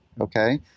Okay